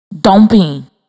Dumping